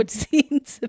scenes